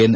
N